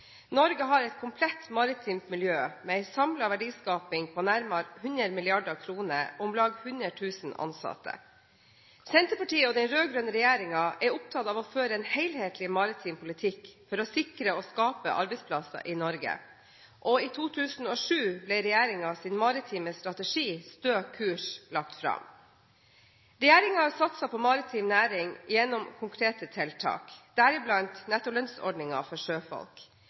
Norge har et komplett maritimt miljø, med en samlet verdiskaping på nærmere 100 mrd. kr og om lag 100 000 ansatte. Senterpartiet og den rød-grønne regjeringen er opptatt av å føre en helhetlig maritim politikk for å sikre og skape arbeidsplasser i Norge. I 2007 ble regjeringens maritime strategi, «Stø kurs», lagt fram. Regjeringen har satset på maritim næring gjennom konkrete tiltak, deriblant nettolønnsordningen for sjøfolk.